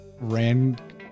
ran